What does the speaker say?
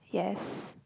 yes